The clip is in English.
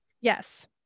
Yes